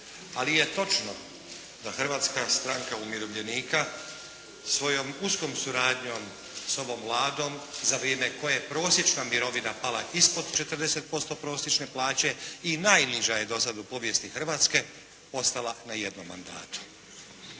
Ali je točno da Hrvatska stranka umirovljenika svojom uskom suradnjom s ovom Vladom za vrijeme koje je prosječna mirovina pala ispod 40% prosječne plaće i najniža je do sada u povijesti Hrvatske, ostala na jednom mandatu.